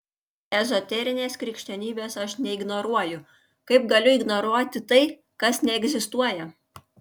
ezoterinės krikščionybės aš neignoruoju kaip galiu ignoruoti tai kas neegzistuoja